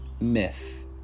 Myth